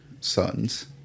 sons